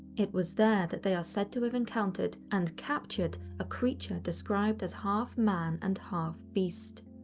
it was there that they are said to have encountered and captured a creature described as half man and half beast.